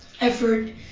effort